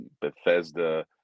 Bethesda